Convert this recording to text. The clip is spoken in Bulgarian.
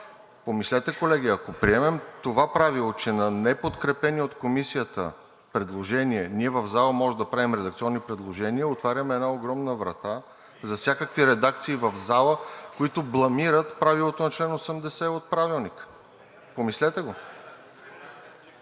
Помислете, колеги, ако приемем това правило, че на неподкрепени от Комисията предложения ние в залата може да правим редакционни предложения, отваряме една огромна врата за всякакви редакции в залата, които бламират правилото на чл. 80 от Правилника. Помислете го.